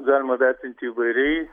galima vertinti įvairiai